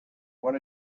what